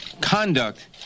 conduct